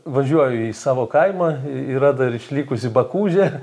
važiuoju į savo kaimą yra dar išlikusi bakūžė